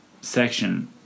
section